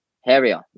Harrier